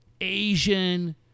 Asian